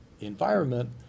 environment